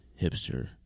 hipster